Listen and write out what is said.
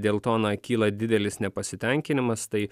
dėl to na kyla didelis nepasitenkinimas tai